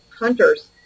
hunters